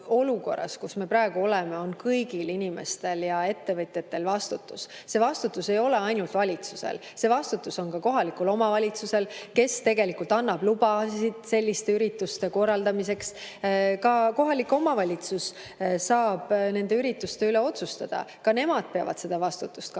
kus me praegu oleme, on kõigil inimestel ja ettevõtetel vastutus. See vastutus ei ole mitte ainult valitsusel, vaid see vastutus on ka kohalikul omavalitsusel, kes annab lubasid selliste ürituste korraldamiseks. Ka kohalik omavalitsus saab nende ürituste üle otsustada, ka nemad peavad seda vastutust